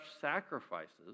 sacrifices